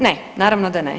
Ne, naravno da ne.